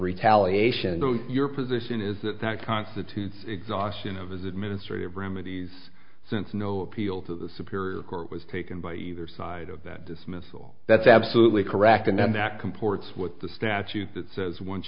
retaliation your position is that that constitutes exhaustion of administrative remedies since no appeal to the superior court was taken by either side of that dismissal that's absolutely correct and then that comports with the statute that says once